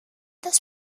dos